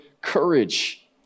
courage